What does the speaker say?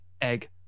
Egg